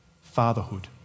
fatherhood